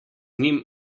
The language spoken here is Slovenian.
njim